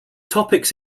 topics